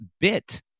bit